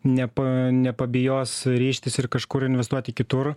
nepa nepabijos ryžtis ir kažkur investuoti kitur